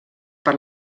per